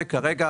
כרגע,